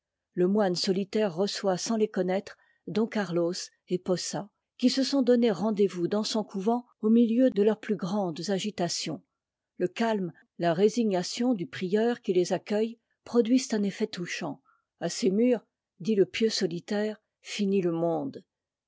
le moine solitaire reçoit sans les connaître don carlos et posa qui se sont donné rendez-vous dans on couvent au milieu de leurs plus grandes agitations le calme la résignation du prieur qui les accueille produisent un effet touchant a ces murs dit le pieux solitaire finit le monde